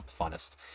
funnest